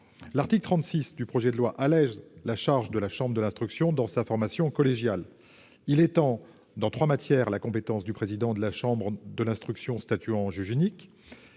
L'article 36 du projet de loi allège la charge de la chambre de l'instruction dans sa formation collégiale. Il étend dans trois matières la compétence du président de la chambre de l'instruction statuant à juge unique,